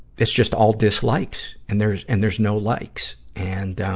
that's just all dislikes and there's, and there's no likes. and, um,